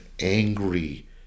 angry